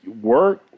work